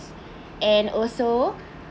and also